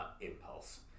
impulse